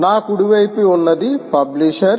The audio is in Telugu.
నా కుడి వైపున ఉన్నది పబ్లిషర్